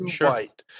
white